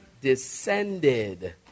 descended